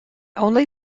only